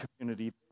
community